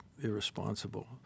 irresponsible